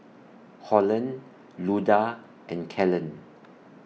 Holland Luda and Kellen